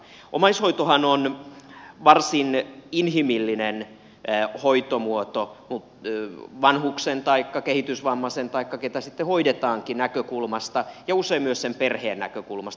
omaishoitohan on varsin inhimillinen hoitomuoto vanhuksen taikka kehitysvammaisen taikka ketä sitten hoidetaankin näkökulmasta ja usein myös perheen näkökulmasta